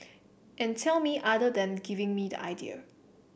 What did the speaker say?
and tell me other than giving me the idea